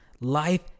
life